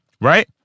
right